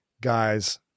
guys